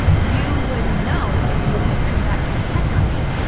you would know if you had come back to check on me,